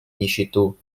нищету